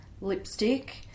lipstick